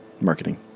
marketing